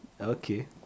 Okay